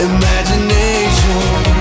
Imagination